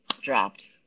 dropped